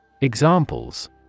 Examples